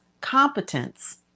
competence